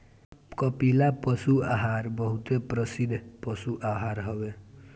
कपिला पशु आहार बहुते प्रसिद्ध पशु आहार हवे